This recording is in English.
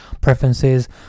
preferences